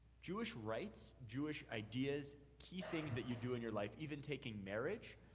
jewish rites, jewish ideas, key things that you do in your life, even taking marriage,